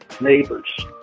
neighbors